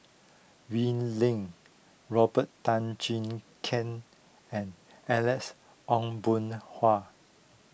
Wee Lin Robert Tan Jee Keng and Alex Ong Boon Hua